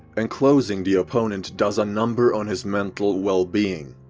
enclosing the opponent does a number on his mental well-being.